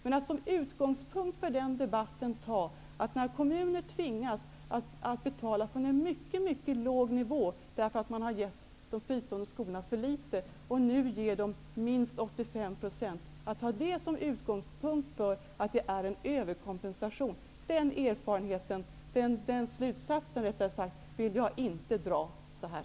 Kommuner vilka utgår från en mycket låg nivå tvingas att betala, eftersom de har gett de fristående skolorna för litet och nu måste ge dem minst 85 %. Men att ta detta som utgångspunkt i debatten och hävda att det är en överkompensation, är inte den slutsats som jag drar.